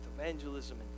evangelism